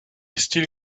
still